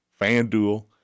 FanDuel